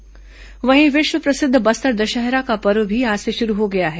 बस्तर दशहरा वहीं विश्व प्रसिद्ध बस्तर दशहरा का पर्व भी आज से शुरू हो गया है